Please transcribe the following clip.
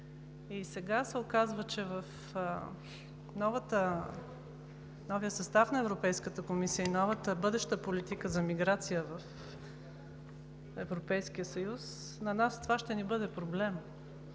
и сега се оказва, че в новия състав на Европейската комисия и новата бъдеща политика за миграция в Европейския съюз на нас това ще ни бъде проблем.